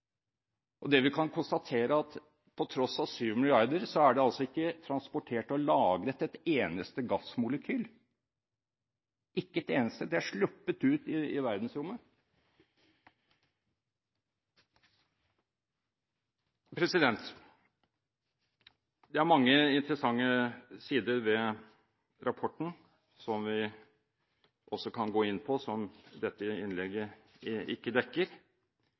deponert. Det vi kan konstatere, er at på tross av 7 mrd. kr er det altså ikke transportert og lagret et eneste gassmolekyl – ikke et eneste! Det er sluppet ut i verdensrommet. Det er mange interessante sider ved rapporten som vi også kan gå inn på, som dette innlegget ikke dekker.